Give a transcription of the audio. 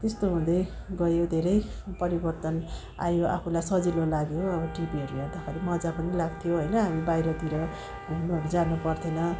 त्यस्तो हुँदै गयो धेरै परिवर्तन आयो आफूलाई सजिलो लाग्यो टिभीहरू हेर्दाखेरि मजा पनि लाग्थ्यो होइन हामी बाहिरतिर घुम्नुहरू जानुपर्थिएन